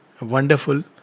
wonderful